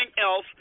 else